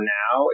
now